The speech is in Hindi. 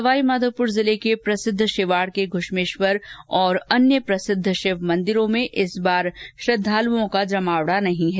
सवाईमाघोपुर जिले के प्रसिद्ध शिवाड के घृश्मेश्वर और अन्य प्रसिद्ध शिव मंदिरों में इस बार श्रद्वालुओं का जमावड़ा नहीं है